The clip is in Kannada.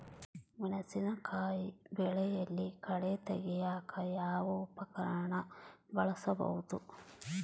ಮೆಣಸಿನಕಾಯಿ ಬೆಳೆಯಲ್ಲಿ ಕಳೆ ತೆಗಿಯಾಕ ಯಾವ ಉಪಕರಣ ಬಳಸಬಹುದು?